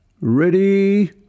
Ready